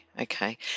okay